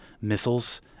missiles